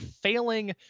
failing